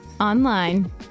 online